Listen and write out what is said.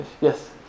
Yes